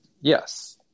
Yes